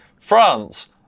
France